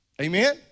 Amen